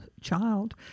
child